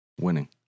winning